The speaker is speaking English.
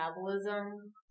metabolism